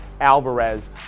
Alvarez